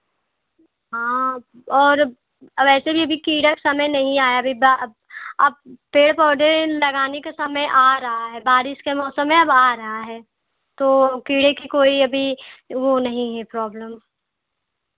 हाँ और वैसे भी अभी कीड़ा का समय नहीं आया अभी बा अभी पेड़ पौधे लगाने का समय आ रहा है बारिश का मौसम अब आ रहा है तो कीड़े की कोई अभी वह नहीं है प्रॉब्लम